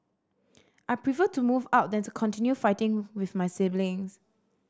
I prefer to move out than to continue fighting with my siblings